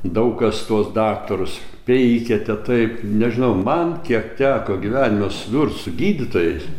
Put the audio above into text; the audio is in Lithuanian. daug kas tuos daktarus peikia te taip nežinau man kiek teko gyvenime susidurt su gydytojais